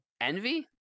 envy